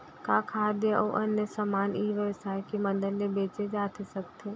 का खाद्य अऊ अन्य समान ई व्यवसाय के मदद ले बेचे जाथे सकथे?